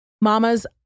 Mamas